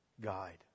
guide